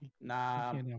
nah